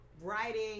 writing